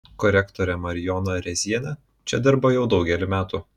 korektorė marijona rėzienė čia dirba jau daugelį metų